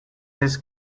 his